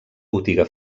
botiga